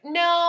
no